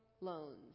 loans